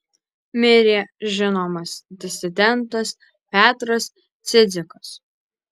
mirė žinomas disidentas petras cidzikas